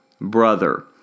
brother